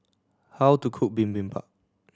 how to cook Bibimbap